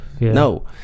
No